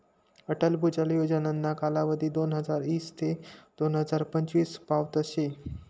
अटल भुजल योजनाना कालावधी दोनहजार ईस ते दोन हजार पंचवीस पावतच शे